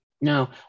no